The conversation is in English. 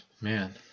man